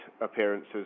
appearances